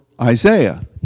Isaiah